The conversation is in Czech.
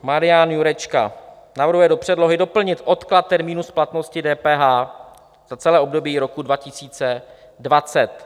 Marian Jurečka navrhuje do předlohy doplnit odklad termínu splatnosti DPH za celé období roku 2020.